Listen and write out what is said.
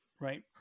right